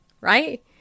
Right